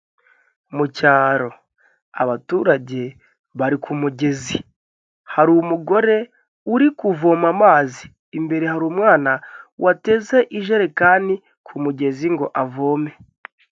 Mu cyaro abaturage bari ku mugezi; hari umugore uri kuvoma amazi. Imbere hari umwana wateze ijerekani ku mugezi ngo avome.